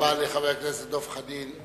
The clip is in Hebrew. תודה רבה לחבר הכנסת דב חנין.